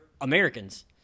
Americans